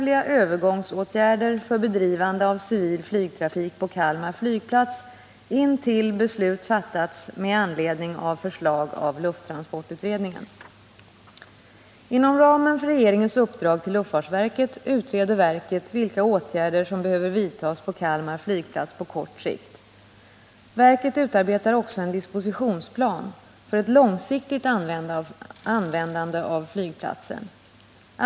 Inom ramen för regeringens uppdrag till luftfartsverket utreder verket vilka åtgärder som behöver vidtas på Kalmar flygplats på kort sikt. Verket utarbetar också en dispositionsplan för ett långsiktigt användande av flygplatsen.